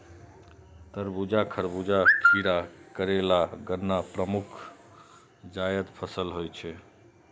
तरबूज, खरबूजा, खीरा, करेला, गन्ना प्रमुख जायद फसल होइ छै